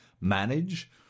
manage